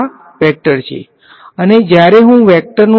આ ટર્મને જુઓ આ એક વેક્ટર છે આ વેક્ટર ડોટ પ્રોડક્ટ સ્કેલર છે